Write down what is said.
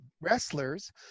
wrestlers